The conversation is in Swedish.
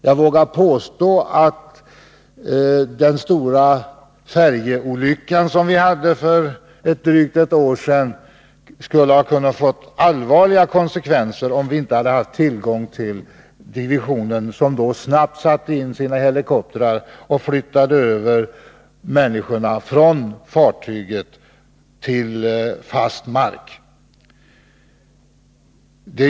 Jag vågar påstå att den stora färjeolycka som inträffade för drygt ett år sedan skulle ha kunnat få allvarliga konsekvenser om vi inte hade haft tillgång till divisionen, som då snabbt satte in sina helikoptrar och flyttade över människorna från fartyget till fast mark.